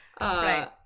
Right